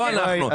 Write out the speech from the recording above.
לא אנחנו.